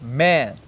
man